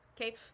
Okay